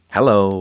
Hello